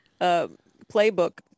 playbook